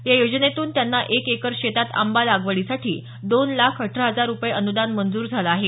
या योजनेतून त्यांना एक एकर शेतात आंबा लागवडीसाठी दोन लाख अठरा हजार रूपये अनुदान मंजूर झालं आहे